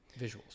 visuals